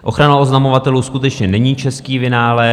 Ochrana oznamovatelů skutečně není český vynález.